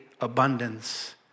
abundance